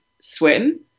swim